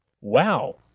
Wow